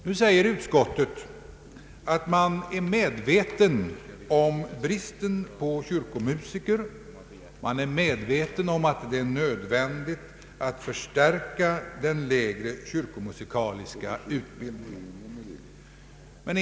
Nu säger utskottet att man är medveten om bristen på kyrkomusiker och att det är nödvändigt att förstärka den lägre kyrkomusikaliska utbildningen.